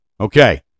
Okay